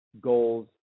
goals